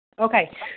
Okay